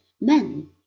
men